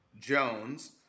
Jones